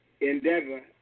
endeavor